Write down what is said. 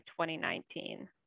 2019